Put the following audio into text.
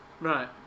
Right